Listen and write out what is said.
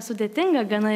sudėtinga gana